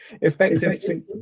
effectively